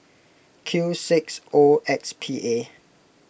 Q six O X P A